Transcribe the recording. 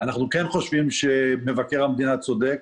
אנחנו כן חושבים שמבקר המדינה צודק.